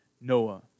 Noah